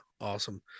Awesome